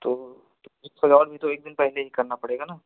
तो थोड़ा और भी तो एक दिन पहले ही करना पड़ेगा ना